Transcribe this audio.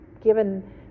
given